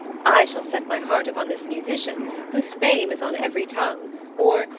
i shall set my heart upon this musician, whose fame is on every tongue or,